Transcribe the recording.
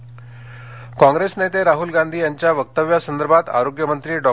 लोकसभा काँप्रेस नेते राहल गांधी यांच्या वक्तव्यासंदर्भात आरोग्यमंत्री डॉ